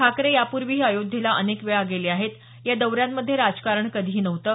ठाकरे यापूर्वीही अयोध्येला अनेक वेळा गेले आहेत या दौऱ्यांमध्ये राजकारण कधीही नव्हतं